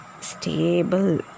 stable